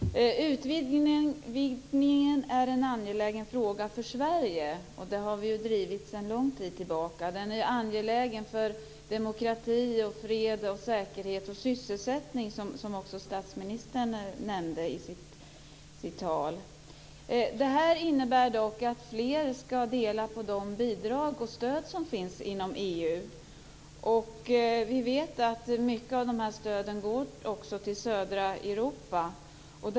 Fru talman! Utvidgningen är en angelägen fråga för Sverige. Det har vi drivit sedan lång tid tillbaka. Den är angelägen för demokrati, fred, säkerhet och sysselsättning, som också statsministern nämnde i sitt tal. Det innebär dock att fler ska dela på de bidrag och stöd som finns inom EU. Vi vet att mycket av de stöden går till södra Europa.